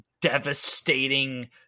devastating